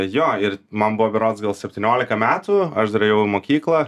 jo ir man buvo berods gal septyniolika metų aš dar ėjau mokyklą